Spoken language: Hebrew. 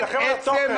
תילחם על התוכן.